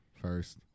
first